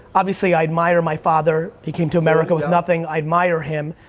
obviously i admire my father, he came to america with nothing, i admire him.